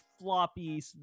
floppy